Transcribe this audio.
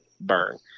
burn